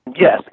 Yes